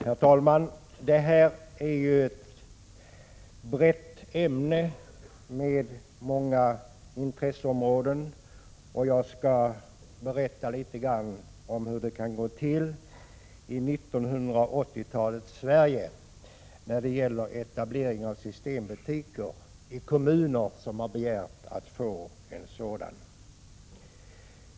Herr talman! Detta är ett brett ämne med många intresseområden, och jag skall berätta litet grand om hur det kan gå till i 1980-talets Sverige när det gäller etablering av systembutiker i kommuner som har begärt att få en sådan.